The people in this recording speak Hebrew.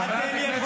תתפטרו כבר.